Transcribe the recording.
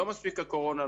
לא מספיקה הקורונה,